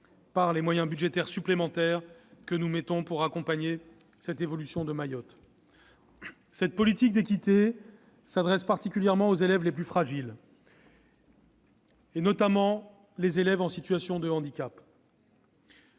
par des moyens budgétaires supplémentaires pour accompagner cette évolution. Cette politique d'équité s'adresse particulièrement aux élèves les plus fragiles, notamment les élèves en situation de handicap.